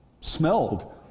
smelled